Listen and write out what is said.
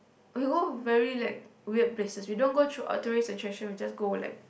we go very like weird places we don't go to tourist attractions we just go like